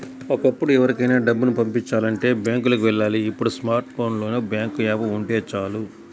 ఒకప్పుడు ఎవరికైనా డబ్బుని పంపిచాలంటే బ్యాంకులకి వెళ్ళాలి ఇప్పుడు స్మార్ట్ ఫోన్ లో బ్యాంకు యాప్ ఉంటే చాలు